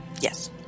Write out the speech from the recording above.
yes